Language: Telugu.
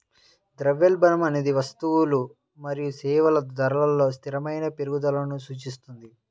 ద్రవ్యోల్బణం అనేది వస్తువులు మరియు సేవల ధరలలో స్థిరమైన పెరుగుదలను సూచిస్తుంది